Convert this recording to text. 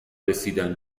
رسیدن